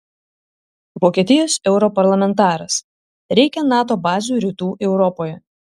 vokietijos europarlamentaras reikia nato bazių rytų europoje